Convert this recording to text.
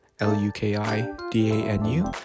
L-U-K-I-D-A-N-U